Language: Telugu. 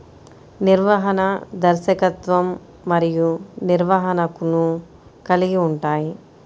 నిర్వహణ, దర్శకత్వం మరియు నిర్వహణను కలిగి ఉంటాయి